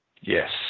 Yes